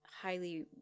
highly